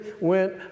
went